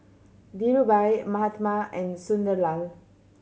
Dhirubhai Mahatma and Sunderlal